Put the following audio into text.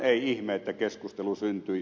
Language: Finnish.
ei ihme että keskustelu syntyi